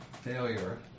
Failure